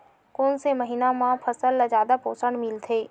कोन से महीना म फसल ल जादा पोषण मिलथे?